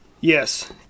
Yes